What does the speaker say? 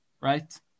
right